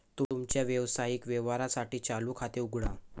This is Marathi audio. तुमच्या व्यावसायिक व्यवहारांसाठी चालू खाते उघडा